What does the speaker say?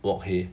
wok hei